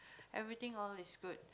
everything all is good